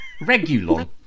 regulon